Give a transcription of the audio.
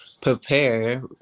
prepare